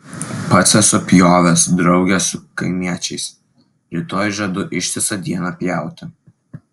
pats esu pjovęs drauge su kaimiečiais rytoj žadu ištisą dieną pjauti